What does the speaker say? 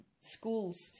schools